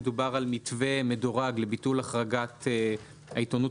מדובר על מתווה מדורג לביטול החרגת העיתונות